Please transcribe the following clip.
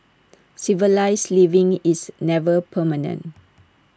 civilised living is never permanent